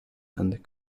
and